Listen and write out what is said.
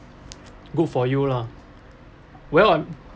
good for you lah well I'm